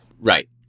Right